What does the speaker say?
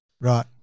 Right